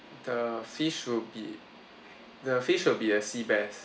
the fish will be the fish will be a seabass